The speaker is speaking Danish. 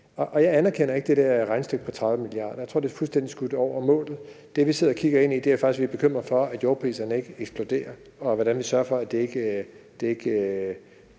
Jeg anerkender ikke det der regnestykke på 30 mia. kr. Jeg tror, det er fuldstændig skudt over målet. Det, vi sidder og kigger ind i, er faktisk, at vi er bekymrede for, at jordpriserne eksploderer, og hvordan vi sørger for, at det ikke